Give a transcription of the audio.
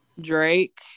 Drake